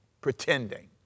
pretending